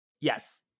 Yes